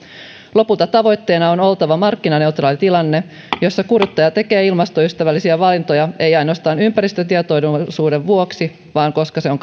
lopulta tavoitteena on oltava markkinaneutraali tilanne jossa kuluttaja tekee ilmastoystävällisiä valintoja ei ainoastaan ympäristötietoisuuden vuoksi vaan koska se on